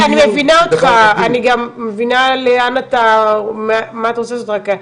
אני מבינה אותך, אני גם מבינה לאן אתה, אחד,